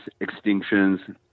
extinctions